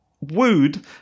wooed